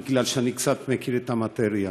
כי אני קצת מכיר את המטריה: